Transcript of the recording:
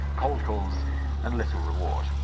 cold calls and little reward.